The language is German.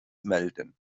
melden